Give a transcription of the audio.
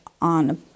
on